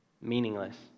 meaningless